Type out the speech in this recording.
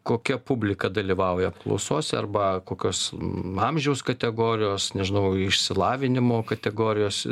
kokia publika dalyvauja apklausose arba kokios amžiaus kategorijos nežinau išsilavinimo kategorijos